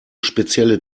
spezielle